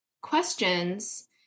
questions